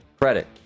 credit